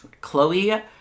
Chloe